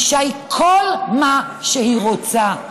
אישה היא כל מה שהיא רוצה,